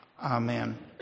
Amen